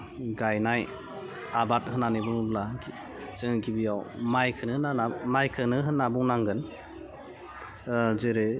गायनाय आबाद होन्नानै बुङोब्ला जों गिबियाव मायखोनो होनाला मायखोनो होन्ना बुंनांगोन जेरै जोङो मायखो गाहाइ आबाद होन्नानै जोङो सान्ना लांनांगोन आर नैथियाव जोङा नैथियाव दङ साह बिलाइ टि